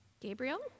Gabriel